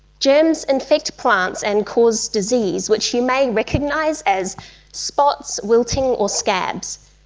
germs infect plants and cause disease, which you may recognise as spots, wilting or scabs.